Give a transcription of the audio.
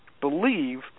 believe